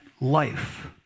life